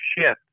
shift